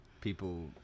People